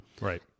Right